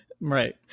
Right